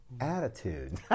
attitude